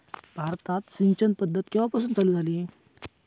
भारतात सिंचन पद्धत केवापासून चालू झाली?